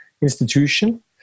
institution